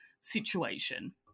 situation